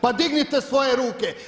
Pa dignite svoje ruke?